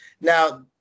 now